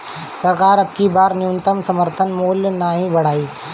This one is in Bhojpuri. सरकार अबकी बार न्यूनतम समर्थन मूल्य नाही बढ़ाई